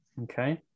Okay